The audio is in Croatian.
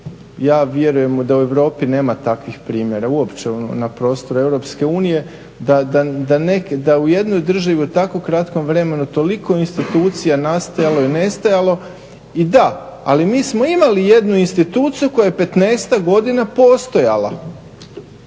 ja vjerujem da u Europi nema takvih primjera uopće na prostoru EU, da u jednoj državi u tako kratkom vremenu toliko institucija nastajalo i nestajalo. I da, ali mi smo imali jednu institucija koja je petnaestak godina postojala